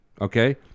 okay